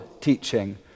teaching